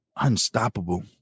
Unstoppable